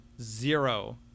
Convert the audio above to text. zero